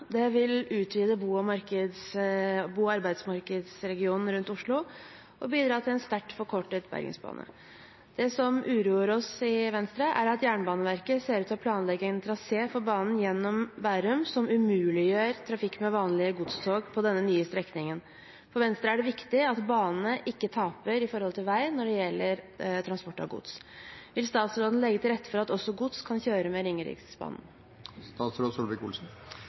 vil både utvide bo- og arbeidsmarkedsregionen rundt Oslo og bidra til en sterkt forkortet Bergensbane. Det som derimot uroer oss i Venstre, er at Jernbaneverket ser ut til å planlegge en trasé for banen gjennom Bærum, noe som umuliggjør trafikk med vanlige godstog på denne nye strekningen. For Venstre er det viktig at bane ikke taper for vei om godstrafikken. Vil statsråden legge til rette for at også gods kan kjøre med